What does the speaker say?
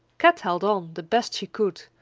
kat held on the best she could,